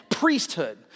priesthood